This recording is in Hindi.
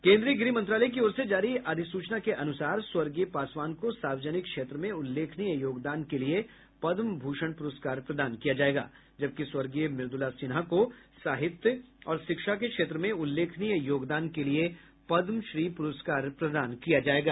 केन्द्रीय गृह मंत्रालय की ओर से जारी अधिसूचना के अनुसार स्वर्गीय पासवान को सार्वजनिक क्षेत्र में उल्लेखनीय योगदान के लिए पद्म भूषण पुरस्कार प्रदान किया जायेगा जबकि स्वर्गीय मृदुला सिन्हा को साहित्य और शिक्षा के क्षेत्र में उल्लेखनीय योगदान के लिए पद्मश्री पुरस्कार प्रदान किया जायेगा